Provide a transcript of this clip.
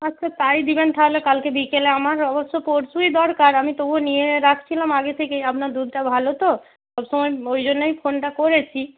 আচ্ছা তাই দেবেন তাহলে কালকে বিকেলে আমার অবশ্য পরশুই দরকার আমি তবুও নিয়ে রাখছিলাম আগে থেকেই আপনার দুধটা ভালো তো সব সময় ওই জন্যই ফোনটা করেছি